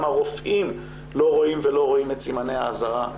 הרופאים לא רואים אותם ולא רואים את סימני האזהרה.